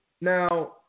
Now